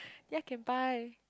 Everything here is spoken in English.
ya can buy